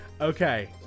Okay